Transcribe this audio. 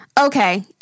okay